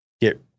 get